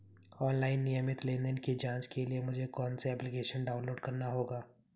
Online नियमित लेनदेन की जांच के लिए मुझे कौनसा एप्लिकेशन डाउनलोड करना होगा?